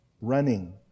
running